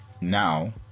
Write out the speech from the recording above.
now